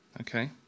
Okay